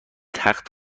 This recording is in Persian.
تخت